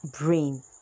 brain